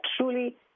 truly